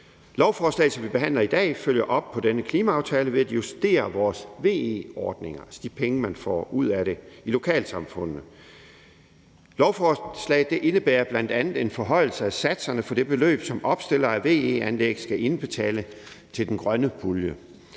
Lovforslaget, som vi behandler i dag, følger op på denne klimaaftale ved at justere vores VE-ordninger, altså de penge, man får ud af det i lokalsamfundene. Lovforslaget indebærer bl.a. en forhøjelse af satserne for det beløb, som opstillere VE-anlæg skal indbetale til den grønne pulje.